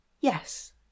Yes